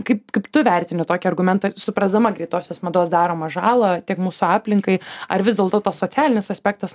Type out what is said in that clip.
kaip kaip tu vertini tokį argumentą suprasdama greitosios mados daromą žalą tiek mūsų aplinkai ar vis dėlto tas socialinis aspektas